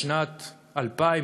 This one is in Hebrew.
שמשנת 2000,